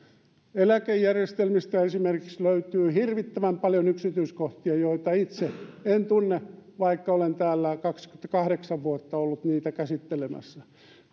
eläkejärjestelmistä esimerkiksi löytyy hirvittävän paljon yksityiskohtia joita itse en tunne vaikka olen täällä kaksikymmentäkahdeksan vuotta ollut niitä käsittelemässä